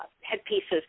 headpieces